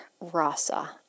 Rasa